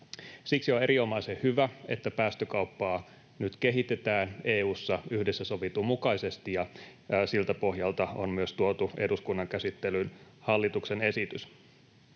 Siksi on erinomaisen hyvä, että päästökauppaa nyt kehitetään EU:ssa yhdessä sovitun mukaisesti ja siltä pohjalta on myös tuotu eduskunnan käsittelyyn hallituksen esitys.